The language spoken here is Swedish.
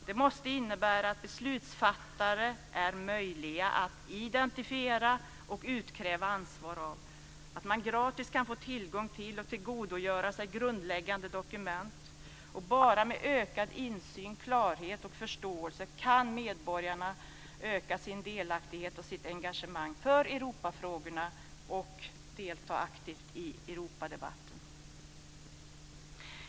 Det måste innebära att beslutsfattare är möjliga att identifiera och utkräva ansvar av och att man gratis kan få tillgång till och tillgodogöra sig grundläggande dokument. Bara med ökad insyn, klarhet och förståelse kan medborgarna öka sin delaktighet i och sitt engagemang för Europafrågorna och delta aktivt i Europadebatten.